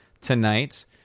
tonight